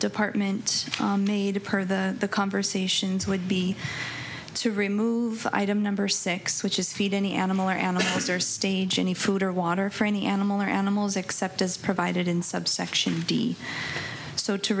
department made to per the conversations would be to remove item number six which is feed any animal and his or stage any food or water for any animal or animals except as provided in subsection d so to